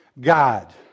God